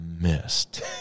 missed